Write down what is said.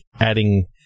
adding